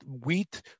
wheat